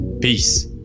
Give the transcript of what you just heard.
peace